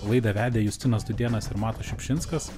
laidą vedė justinas dudėnas ir matas šiupšinskas